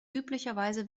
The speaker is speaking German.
üblicherweise